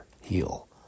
heal